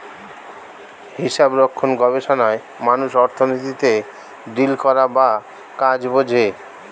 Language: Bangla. হিসাবরক্ষণ গবেষণায় মানুষ অর্থনীতিতে ডিল করা বা কাজ বোঝে